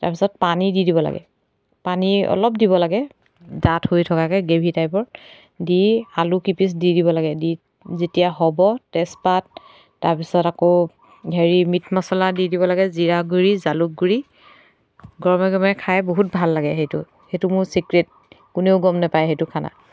তাৰপিছত পানী দি দিব লাগে পানী অলপ দিব লাগে ডাঠ হৈ থকাকৈ গ্ৰেভি টাইপৰ দি আলুকেইপিচ দি দিব লাগে যেতিয়া হ'ব তেজপাত তাৰপিছত আকৌ হেৰি মিট মছলা দি দিব লাগে জিৰা গুড়ি জালুক গুড়ি গৰমে গৰমে খাই বহুত ভাল লাগে সেইটো সেইটো মোৰ ছিক্ৰেট কোনেও গম নেপায় সেইটো খানা